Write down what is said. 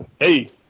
Hey